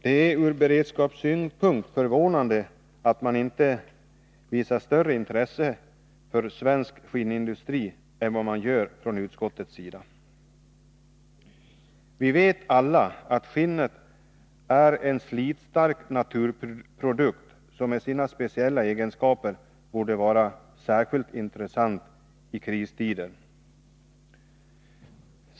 Det är ur beredskapssynpunkt förvånande att man inte visar större intresse för svensk skinnindustri än vad man gör från utskottets sida. Vi vet alla att skinnet är en slitstark naturprodukt som med sina speciella egenskaper borde vara särskilt intressant i kristider.